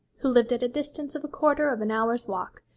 who lived at a distance of a quarter of an hour's walk,